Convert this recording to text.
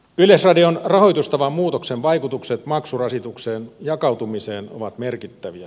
yleisradion rahoitustavan muutoksen vaikutukset maksurasituksen jakautumiseen ovat merkittäviä